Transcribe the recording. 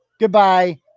Goodbye